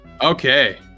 Okay